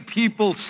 people